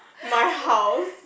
my house